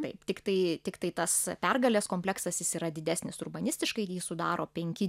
taip tiktai tiktai tas pergalės kompleksas jis yra didesnis urbanistiškai jį sudaro penki